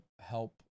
help